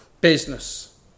business